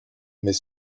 mais